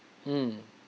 mm